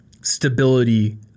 stability